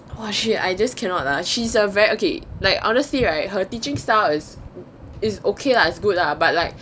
!wah! shit I just cannot lah she's a very okay like honestly right her teaching style is okay lah it's good lah but like